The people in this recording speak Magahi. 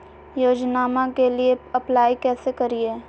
योजनामा के लिए अप्लाई कैसे करिए?